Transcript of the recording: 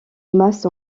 masse